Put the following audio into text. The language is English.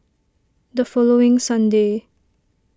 the following sunday